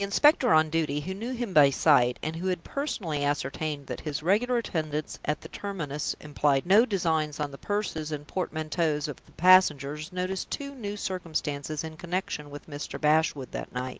the inspector on duty, who knew him by sight, and who had personally ascertained that his regular attendance at the terminus implied no designs on the purses and portmanteaus of the passengers, noticed two new circumstances in connection with mr. bashwood that night.